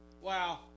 Wow